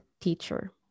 teacher